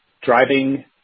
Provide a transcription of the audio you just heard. driving